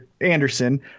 Anderson